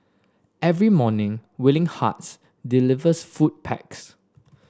every morning Willing Hearts delivers food packs